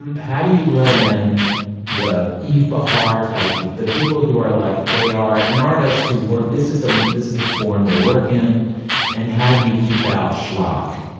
um how do you let in the eve bihar type people the people who are like they are an artist who work. this is them. this is the form they work in and how do you keep out schlock.